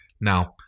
Now